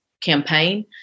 campaign